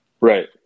Right